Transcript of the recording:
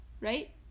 right